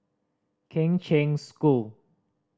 Kheng Cheng School